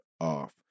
off